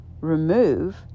remove